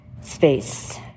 Space